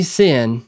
sin